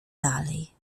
dalej